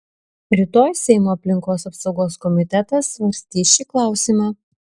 rytoj seimo aplinkos apsaugos komitetas svarstys šį klausimą